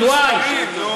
של y,